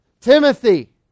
Timothy